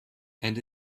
and